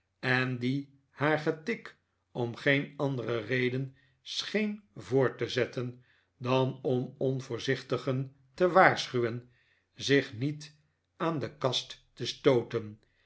en die haar getik om geen andere reden scheen voort te zetten dan om onvoorzichtigen te waarschuwen zich niet aan de kast te stooten